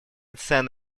цен